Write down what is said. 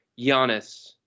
Giannis